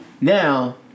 Now